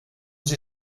sie